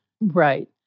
Right